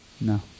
No